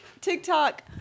TikTok